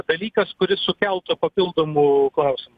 dalykas kuris sukeltų papildomų klausimų